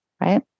right